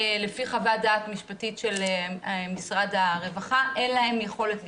לפי חוות דעת משפטית של משרד הרווחה אין להם יכולת לפנות,